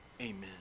Amen